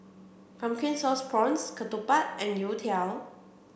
pumpkin sauce prawns Ketupat and Youtiao